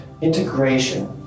Integration